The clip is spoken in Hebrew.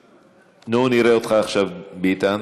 נו, ראה אותך עכשיו, ביטן.